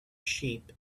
sheep